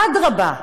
אדרבה,